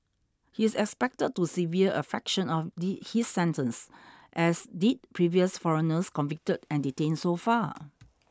he's expected to serve a fraction of the his sentence as did previous foreigners convicted and detained so far